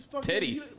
Teddy